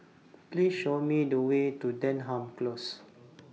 Please Show Me The Way to Denham Close